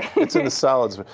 it's in salads. but